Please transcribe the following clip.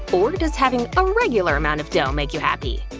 or does having a regular amount of dough make you happy?